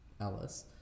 Alice